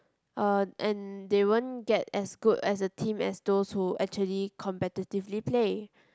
uh and they won't get as good as a team as those who actually competitively play